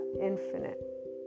infinite